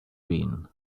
been